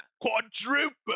quadruple